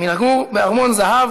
מלגור בארמון זהב